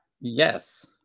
Yes